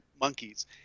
monkeys